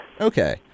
Okay